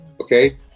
okay